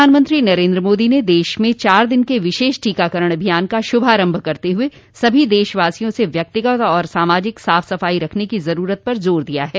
प्रधानमंत्री नरेन्द्र मोदी ने देश में चार दिन के विशेष टीकाकरण अभियान का शुभारंभ करते हुए सभी देशवासियों से व्यक्तिगत और सामाजिक साफ सफाई रखने की जरूरत पर जोर दिया है